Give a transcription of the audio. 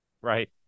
Right